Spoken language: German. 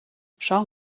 schau